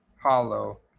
hollow